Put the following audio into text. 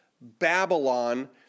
Babylon